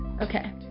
okay